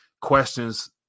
questions